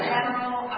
General